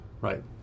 Right